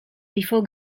before